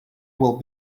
will